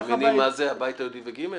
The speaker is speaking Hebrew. מאמינים זה הבית היהודי ו-ג'?